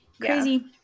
Crazy